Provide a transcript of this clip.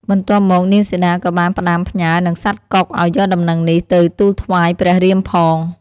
បន្ទាប់មកនាងសីតាក៏បានផ្តាំផ្ញើនឹងសត្វកុកឱ្យយកដំណឹងនេះទៅទូលថ្វាយព្រះរាមផង។